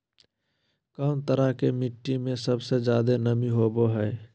कौन तरह के मिट्टी में सबसे जादे नमी होबो हइ?